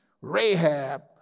Rahab